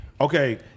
Okay